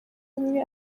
umwe